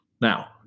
Now